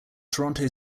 toronto